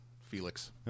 Felix